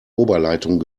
oberleitung